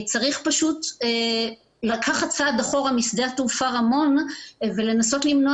צריך פשוט לקחת צעד אחורה משדה התעופה רמון ולנסות למנוע